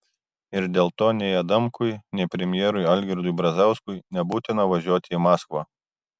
ir dėl to nei adamkui nei premjerui algirdui brazauskui nebūtina važiuoti į maskvą